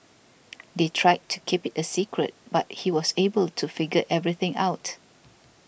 they tried to keep it a secret but he was able to figure everything out